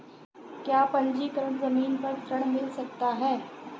क्या पंजीकरण ज़मीन पर ऋण मिल सकता है?